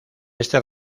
este